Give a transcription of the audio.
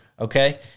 okay